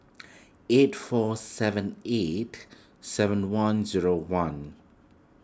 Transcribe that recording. eight four seven eight seven one zero one